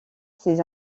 ses